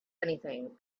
anything